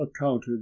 accounted